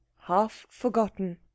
half-forgotten